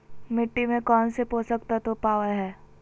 मिट्टी में कौन से पोषक तत्व पावय हैय?